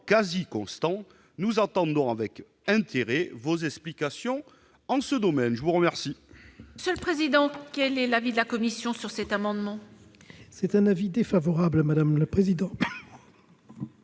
quasi constant. Nous attendons avec intérêt vos explications en ce domaine. Quel